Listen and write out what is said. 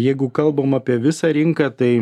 jeigu kalbam apie visą rinką tai